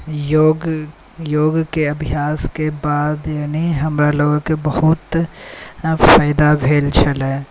योग योगके अभ्यासके बाद यानी हमरा लोकके बहुत फाइदा भेल छलै